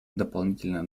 дополнительно